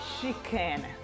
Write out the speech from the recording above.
chicken